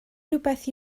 rhywbeth